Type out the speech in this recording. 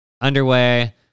underway